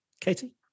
Katie